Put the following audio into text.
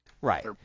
Right